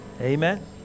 Amen